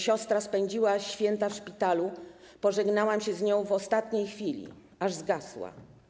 Siostra spędziła święta w szpitalu, pożegnałam się z nią w ostatniej chwili, aż zgasła.